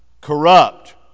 corrupt